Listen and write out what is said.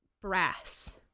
Brass